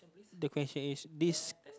the question is desc~